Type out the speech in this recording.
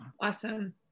awesome